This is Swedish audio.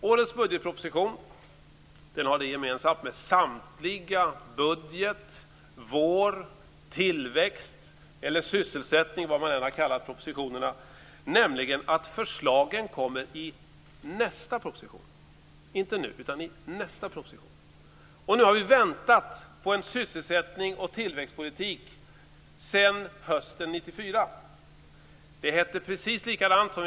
Årets budgetproposition har det gemensamt med samtliga budgetpropositioner - oavsett om man kallar dem vår-, tillväxt eller sysselsättningspropositioner - att förslagen anges komma i nästa proposition. De kommer inte nu, utan i nästa proposition. Nu har vi väntat på en sysselsättnings och tillväxtpolitik sedan hösten 1994. Det hette precis likadant då.